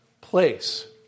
place